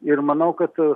ir manau kad